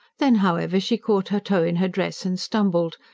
then, however, she caught her toe in her dress and stumbled.